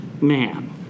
man